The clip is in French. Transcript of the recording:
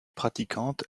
pratiquante